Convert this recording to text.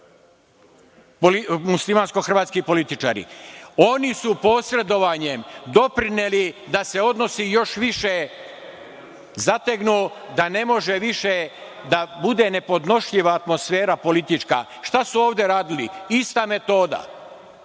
muslimansko-hrvatski političari. Oni su posredovanjem doprineli da se odnosi još više zategnu da ne može više da bude nepodnošljiva atmosfera politička. Šta su ovde radili? Ista metoda.